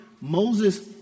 Moses